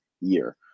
year